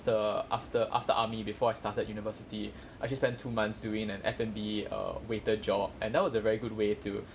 the after after army before I started university actually spent two months doing an F&B err waiter job and that was a very good way to